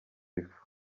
ifu